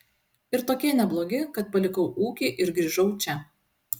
ir tokie neblogi kad palikau ūkį ir grįžau čia